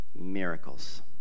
Miracles